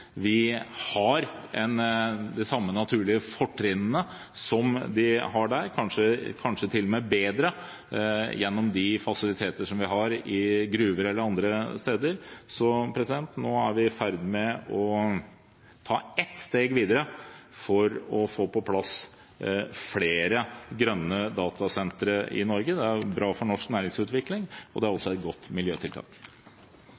vi har de samme naturlige fortrinnene som de har – kanskje til og med bedre – gjennom fasilitetene vi har i gruver og andre steder. Nå er vi i ferd med å ta ett steg videre for å få på plass flere grønne datasentre i Norge. Det er bra for norsk næringsutvikling, og det er